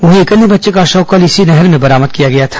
वहीं एक बच्चे का शव कल इसी नहर में बरामद किया गया था